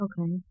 Okay